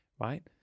right